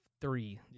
three